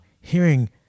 hearing